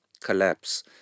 collapse